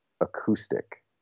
acoustic